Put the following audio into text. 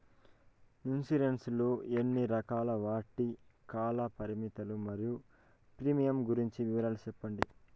Insurance లు ఎన్ని రకాలు? వాటి కాల పరిమితులు మరియు ప్రీమియం గురించి వివరాలు సెప్పండి?